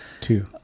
two